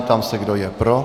Ptám se, kdo je pro.